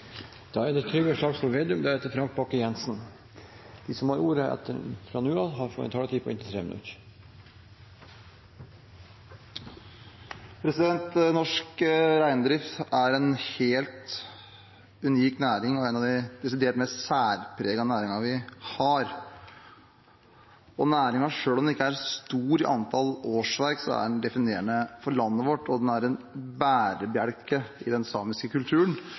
De talere som heretter får ordet, har en taletid på inntil 3 minutter. Norsk reindrift er en helt unik næring, en av de desidert mest særpregede næringene vi har. Næringen er, selv om den ikke er stor i antall årsverk, definerende for landet vårt, og den er en bærebjelke i den samiske kulturen